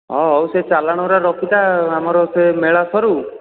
ହଉ ହଉ ସେଇ ଚାଲାଣଗୁଡ଼ା ରଖିଥା ଆମର ସେ ମେଳା ସରୁ